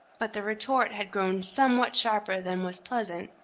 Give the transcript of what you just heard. but the retort had grown somewhat sharper than was pleasant,